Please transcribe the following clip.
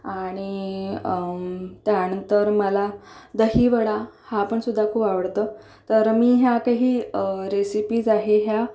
आणि त्यानंतर मला दहीवडा हा पण सुद्धा खूप आवडतो तर मी ह्या काही रेसिपीज आहे ह्या